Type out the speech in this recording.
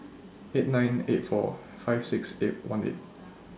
eight nine eight four five six eight one eight